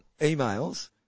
emails